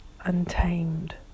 untamed